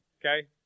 okay